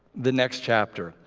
the next chapter.